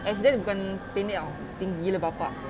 ex dia bukan pendek [tau] tinggi gila bapak